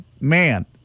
man